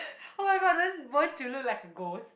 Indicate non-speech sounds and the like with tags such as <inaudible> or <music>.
<laughs> oh-my-god then won't you look like a ghost